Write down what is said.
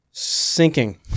sinking